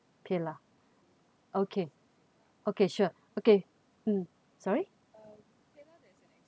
paylah okay okay sure okay um sorry